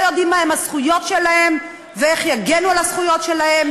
יודעים מהן הזכויות שלהם ואיך הם יגנו על הזכויות שלהם,